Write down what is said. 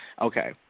Okay